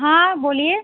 हाँ बोलिए